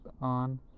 on